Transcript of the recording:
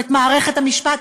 ומערכת המשפט,